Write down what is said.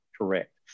correct